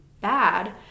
bad